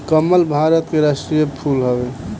कमल भारत के राष्ट्रीय फूल हवे